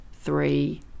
three